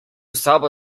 sobo